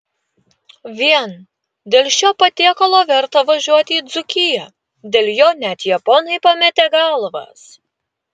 vien dėl šio patiekalo verta važiuoti į dzūkiją dėl jo net japonai pametė galvas